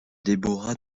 deborah